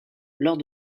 lors